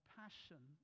passion